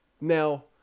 now